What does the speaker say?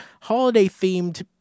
holiday-themed